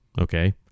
okay